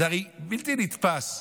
זה הרי בלתי נתפס.